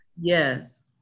Yes